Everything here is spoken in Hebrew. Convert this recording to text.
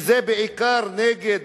זה בעיקר נגד